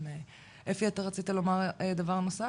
אפי אתה רצית לומר דבר נוסף?